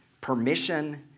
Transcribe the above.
permission